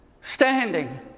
Standing